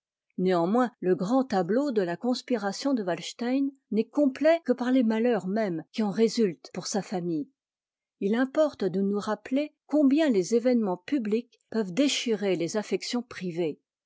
néanmoins le grand tableau de la conspiration de walstein n'est complet que par les malheurs mêmes qui en résultent pour sa famille il importe de nous rappeler combien les événements publics peuvent déchirer les affections privées